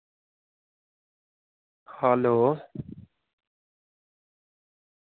hello